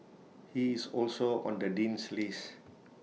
he is also on the Dean's list